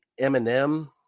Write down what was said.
Eminem